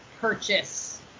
purchase